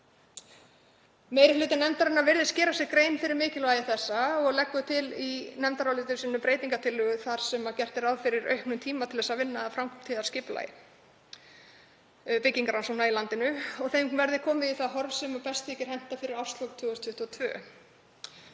Meiri hluti nefndarinnar virðist gera sér grein fyrir mikilvægi þessa og leggur til í nefndaráliti sínu breytingartillögu þar sem gert er ráð fyrir auknum tíma til þess að vinna að framtíðarskipulagi byggingarrannsókna í landinu og að þeim verði komið í það horf sem best þykir henta fyrir árslok 2022.